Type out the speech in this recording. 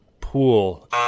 pool